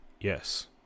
Yes